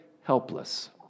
helpless